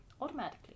Automatically